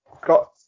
got